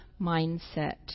mindset